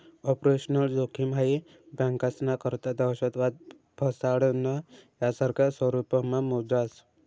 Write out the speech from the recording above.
operational जोखिम हाई बँकास्ना करता दहशतवाद, फसाडणं, यासारखा स्वरुपमा मोजास